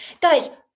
Guys